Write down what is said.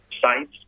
sites